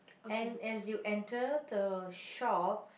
and as you enter the shop